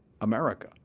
America